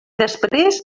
després